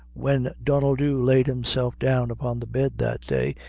when donnel dhu laid himself down upon the bed that day,